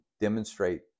demonstrate